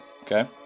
okay